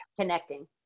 connecting